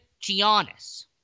Giannis